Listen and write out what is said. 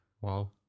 Wow